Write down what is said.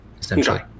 Essentially